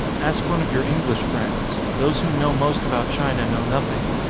ask one of your english friends. those who know most about china know nothing,